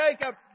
Jacob